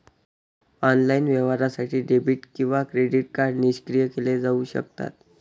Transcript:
online व्यवहारासाठी debit किंवा credit card निष्क्रिय केले जाऊ शकतात